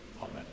Amen